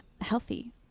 healthy